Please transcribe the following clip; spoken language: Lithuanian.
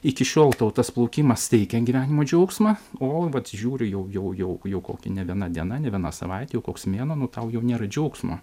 iki šiol tau tas plaukimas teikė gyvenimo džiaugsmą o vat žiūriu jau jau kokia ne viena diena ne viena savaitė jau koks mėnuo nu tau jau nėra džiaugsmo